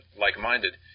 like-minded